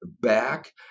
back